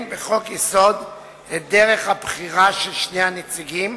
בחוק-יסוד את דרך הבחירה של שני הנציגים.